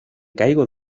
caigo